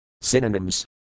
Synonyms